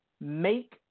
make